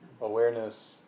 awareness